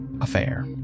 affair